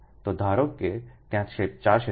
તો ધારો કે ત્યાં 4 ક્ષેત્ર છે